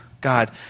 God